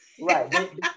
Right